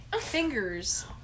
fingers